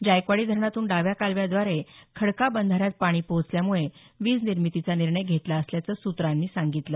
जायकवाडी धरणातून डाव्या कालव्याद्वारे खडका बंधाऱ्यात पाणी पोहोचल्यामुळे वीज निर्मीतीचा निर्णय घेतला असल्याचं सूत्रांनी सांगितलं